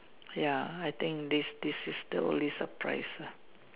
ya I think this this is the only surprise